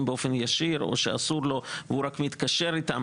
באופן ישיר או שאסור לו והוא רק מתקשר איתם.